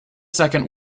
second